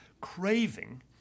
craving